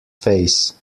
face